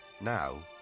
Now